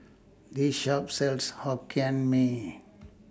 This Shop sells Hokkien Mee